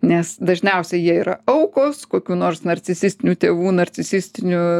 nes dažniausiai jie yra aukos kokių nors narcistinių tėvų narcisistinių